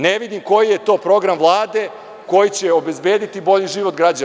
Ne vidim koji je to program Vlade koji će obezbediti bolji život građana.